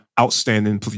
outstanding